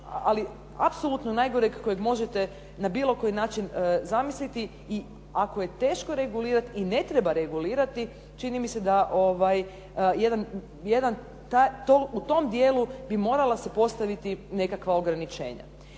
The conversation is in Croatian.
ali apsolutno najgoreg kojeg možete na bilo koji način zamisliti i ako je teško regulirati i ne treba regulirati. Čini mi se da u tom dijelu bi morala se postaviti nekakva ograničenja.